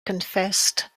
confessed